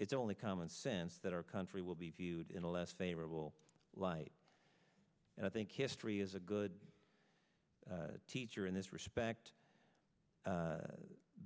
it's only common sense that our country will be viewed in a less favorable light and i think history is a good teacher in this respect